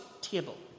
table